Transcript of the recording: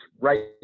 right